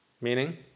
meaning